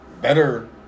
better